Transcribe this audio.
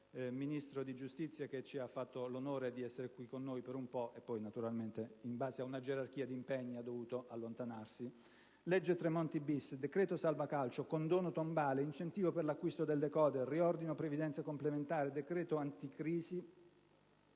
dal Ministro della giustizia che ci ha fatto l'onore di essere qui presente per un po' (e che poi, naturalmente, in base ad una gerarchia di impegni, ha dovuto allontanarsi); legge Tremonti-*bis*, decreto-legge salva calcio; condono tombale; incentivo per l'acquisto del *decoder*; riordino per la previdenza complementare; decreto-legge anticrisi.